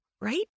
right